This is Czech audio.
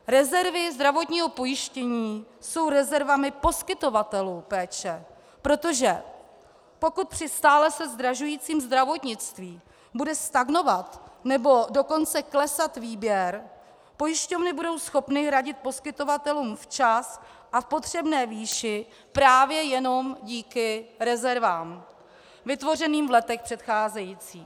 Rezervy zdravotního pojištění jsou rezervami poskytovatelů péče, protože pokud při stále se zdražujícím zdravotnictví bude stagnovat, nebo dokonce klesat výběr, pojišťovny budou schopny hradit poskytovatelům včas a v potřebné výši právě jenom díky rezervám vytvořeným v letech předcházejících.